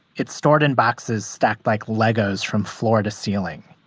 it's stored in boxes stacked like legos from floor to ceiling.